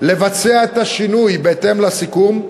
‏לבצע ‏את ‏השינוי ‏בהתאם ‏לסיכום,